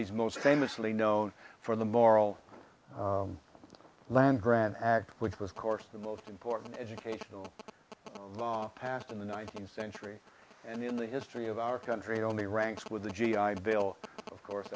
he's most famously known for the moral land grab act which was of course the most important educational law passed in the nineteenth century and in the history of our country only ranks with the g i bill of course